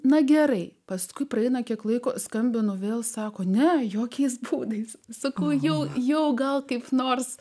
na gerai paskui praeina kiek laiko skambinu vėl sako ne jokiais būdais sakau jau jau gal kaip nors